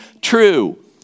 true